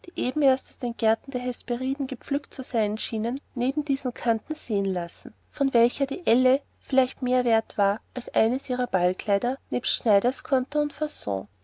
eben erst aus den gärten der hesperiden gepflückt zu sein schienen neben diesen kanten sehen lassen von welchen die elle vielleicht mehr wert war als eines ihrer ballkleider nebst schneiderskonto und